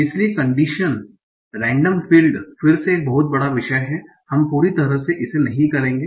इसलिए condition random field फिर से एक बहुत बड़ा विषय है हम पूरी तरह से इसे नहीं करेंगे